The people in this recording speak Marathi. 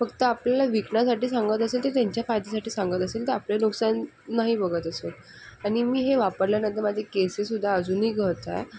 फक्त आपल्याला विकण्यासाठी सांगत असेल ते त्यांच्या फायद्यासाठी सांगत असेल तर आपले नुकसान नाही बघत असेल आणि मी हे वापरल्यानंतर माझे केससुद्धा अजूनही गळत आहे